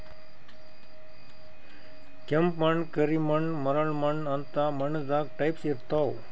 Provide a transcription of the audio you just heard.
ಕೆಂಪ್ ಮಣ್ಣ್, ಕರಿ ಮಣ್ಣ್, ಮರಳ್ ಮಣ್ಣ್ ಅಂತ್ ಮಣ್ಣ್ ದಾಗ್ ಟೈಪ್ಸ್ ಇರ್ತವ್